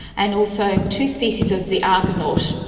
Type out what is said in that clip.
and also two species of the argonaut.